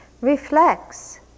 reflects